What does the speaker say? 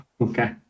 Okay